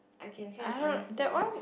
I can kind of understand